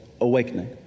awakening